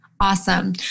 awesome